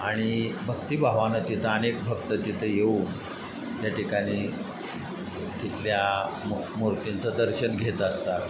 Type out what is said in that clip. आणि भक्तिभावानं तिथं अनेक भक्त तिथं येऊन त्या ठिकाणी तिथल्या मु मूर्तींचं दर्शन घेत असतात